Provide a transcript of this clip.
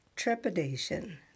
Trepidation